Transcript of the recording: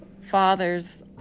fathers